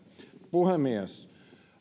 puhemies